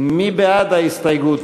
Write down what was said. מי בעד ההסתייגות?